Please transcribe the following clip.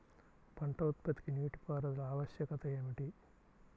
పంట ఉత్పత్తికి నీటిపారుదల ఆవశ్యకత ఏమిటీ?